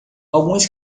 algumas